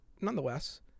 nonetheless